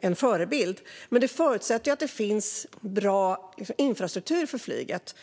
en förebild, men detta förutsätter att det finns bra infrastruktur för flyget.